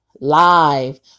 live